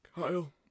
Kyle